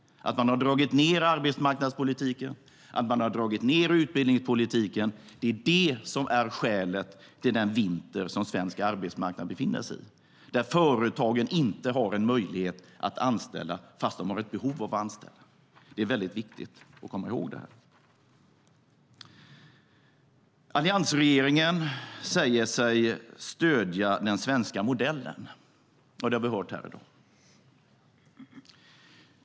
Man har dragit ned arbetsmarknadspolitiken, och man har dragit ned utbildningspolitiken, och det är skälet till den vinter som svensk arbetsmarknad befinner sig i, där företagen inte har en möjlighet att anställa fast de har ett behov av att anställa. Det är väldigt viktigt att komma ihåg detta. Alliansregeringen säger sig stödja den svenska modellen. Det har vi hört här.